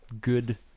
good